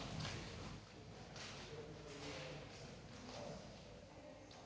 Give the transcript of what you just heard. Tak